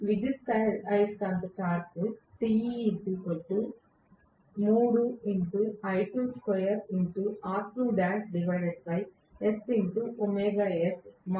విద్యుదయస్కాంత టార్క్ మాకు తెలుసు